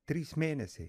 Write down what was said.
trys mėnesiai